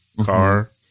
car